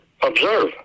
observe